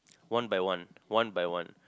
one by one one by one